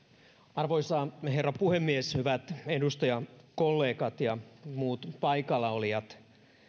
arvoisa herra puhemies hyvät edustajakollegat ja muut paikallaolijat